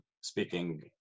speaking